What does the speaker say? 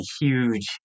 huge